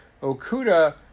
Okuda